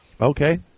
Okay